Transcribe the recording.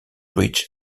breech